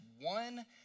one